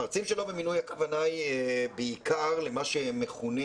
מרצים שלא במינוי הכוונה היא בעיקר למה שמכונה